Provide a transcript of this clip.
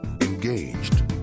engaged